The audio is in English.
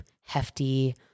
hefty